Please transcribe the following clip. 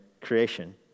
creation